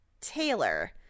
Taylor